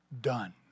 done